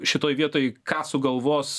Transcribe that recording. šitoj vietoj ką sugalvos